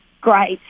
great